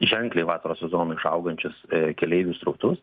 ženkliai vasaros sezonui išaugančius keleivių srautus